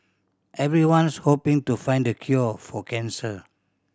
everyone's hoping to find the cure for cancer